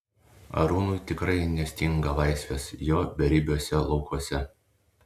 arūnui tikrai nestinga laisvės jo beribiuose laukuose